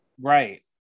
right